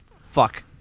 fuck